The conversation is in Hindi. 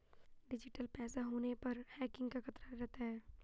डिजिटल पैसा होने पर हैकिंग का खतरा रहता है